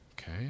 okay